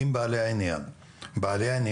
עם בעלי העניין והניסיון.